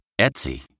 Etsy